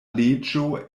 leĝo